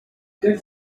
les